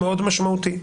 משמעותי.